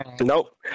Nope